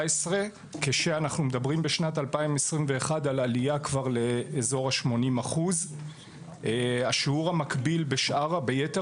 כשאנחנו מדברים על עלייה בשנת 2021 לאזור ה- 80%. השיעור המקביל ביתר